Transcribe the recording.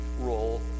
role